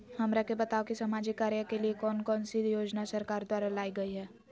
हमरा के बताओ कि सामाजिक कार्य के लिए कौन कौन सी योजना सरकार द्वारा लाई गई है?